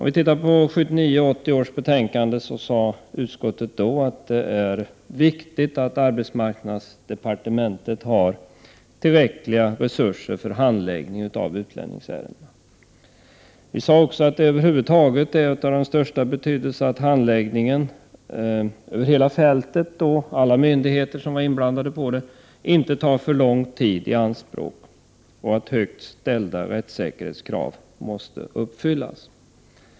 I 1979/80 års betänkande sade utskottet att det är viktigt att arbetsmarknadsdepartementet har tillräckliga resurser för handläggning av utlänningsärendena. Vi sade också att det över huvud taget är av den största betydelse att handläggningen över hela fältet, med tanke på alla inblandade myndigheter, inte tar för lång tid i anspråk och att högt ställda rättssäkerhetskrav uppfylls.